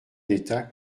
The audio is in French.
d’état